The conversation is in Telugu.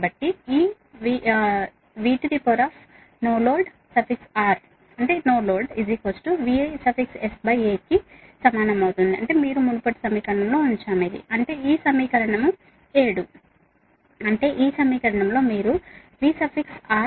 కాబట్టి ఈ VRNL నో లోడ్ VSA మీరు మునుపటి సమీకరణంలో ఉంచారు అంటే ఈ సమీకరణం ఈ సమీకరణం 7 సరేనా